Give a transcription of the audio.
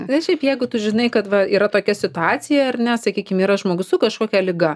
na šiaip jeigu tu žinai kad va yra tokia situacija ar ne sakykim yra žmogus su kažkokia liga